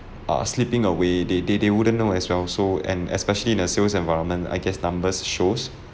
are slipping away they they they wouldn't know as well so and especially in a sales environment I guess numbers shows